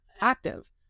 active